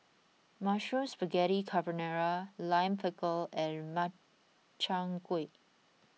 Mushroom Spaghetti Carbonara Lime Pickle and Makchang Gui